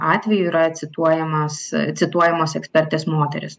atvejų yra cituojamos cituojamos ekspertės moterys